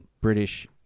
British